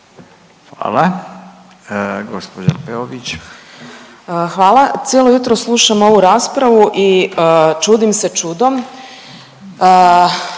Katarina (RF)** Hvala. Cijelo jutro slušam ovu raspravu i čudim se čudom